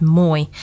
mooi